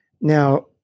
Now